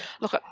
look